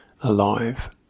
alive